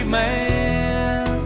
man